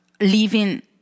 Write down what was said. living